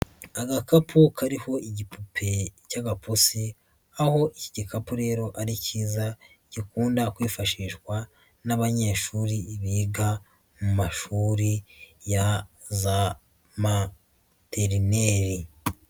Agakapu kariho igipupe cy'agapusi, aho iki gikapu rero ari cyiza gikunda kwifashishwa n'abanyeshuri biga mu mashuri ya za materineri.